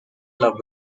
love